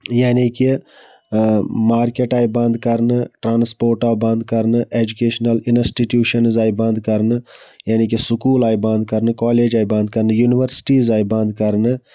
یعنے کہِ مارکٮ۪ٹ آیہِ بَند کرنہٕ ٹرانَسپوٹ آو بَند کرنہٕ اٮ۪جُکٮ۪شَنَل اِنسٹِٹوٗشَنٕز آیہِ بَند کرنہٕ یعنے کہِ سکوٗل آیہِ بَند کرنہٕ کالٮ۪ج آیہِ بَند کرنہٕ یُنورٹیٖز آیہِ بَند کرنہٕ